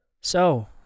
So